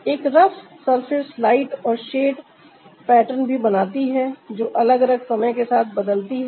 एक rough surface light और shade pattern भी बनाती है जो अलग अलग समय के साथ बदलती है